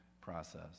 process